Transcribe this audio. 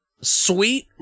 sweet